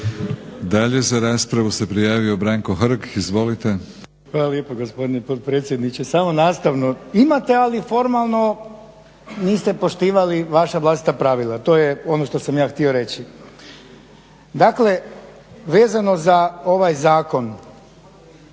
Dalje za raspravu se prijavio Branko Hrg. Izvolite. **Hrg, Branko (HSS)** Hvala lijepo gospodine potpredsjedniče. Samo nastavno imate ali formalno niste poštivali vaša vlastita pravila, to je ono što sam ja htio reći. Dakle, vezano za ovaj zakon